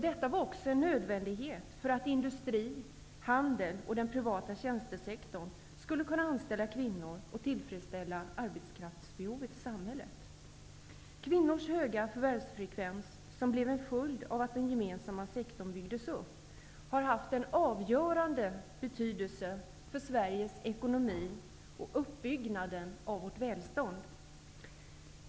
Detta var också en nödvändighet för att industri, handel och privata tjänstesektorn skulle kunna anställa kvinnor och tillfredställa arbetskraftsbehovet i samhället. Kvinnors höga förvärvsfrekvens, som blev en följd av att den gemensamma sektorn byggdes upp, har haft en avgörande betydelse för Sveriges ekonomi och uppbyggnaden av vårt välstånd.